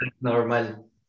normal